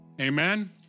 Amen